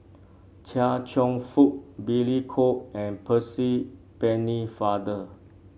Chia Cheong Fook Billy Koh and Percy Pennefather